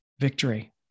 Victory